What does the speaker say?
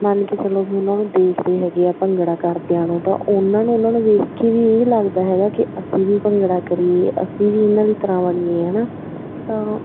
ਮੰਨ ਕੇ ਚੱਲੋ ਵੀ ਉਹਨਾਂ ਨੂੰ ਦੇਖਦੇ ਹੈਗੇ ਆ ਭੰਗੜਾ ਕਰਦਿਆਂ ਨੂੰ ਤਾਂ ਉਹਨਾਂ ਨੂੰ ਉਹਨਾਂ ਨੂੰ ਵੇਖ ਕੇ ਵੀ ਇਹ ਲੱਗਦਾ ਹੈਗਾ ਕਿ ਅਸੀਂ ਵੀ ਭੰਗੜਾ ਕਰੀਏ ਅਸੀਂ ਵੀ ਇਹਨਾਂ ਦੀ ਤਰ੍ਹਾਂ ਬਣੀਏ ਹੈ ਨਾ ਤਾਂ